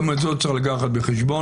גם את זאת צריך לקחת בחשבון.